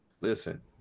Listen